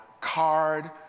card